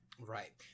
right